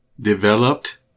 Developed